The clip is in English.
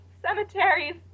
cemeteries